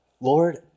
Lord